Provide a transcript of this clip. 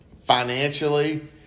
financially